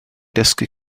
dysgu